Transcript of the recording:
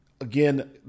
Again